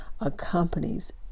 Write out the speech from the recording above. accompanies